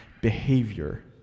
behavior